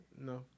No